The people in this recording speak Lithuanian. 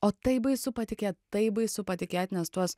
o tai baisu patikėt tai baisu patikėt nes tuos